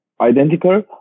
identical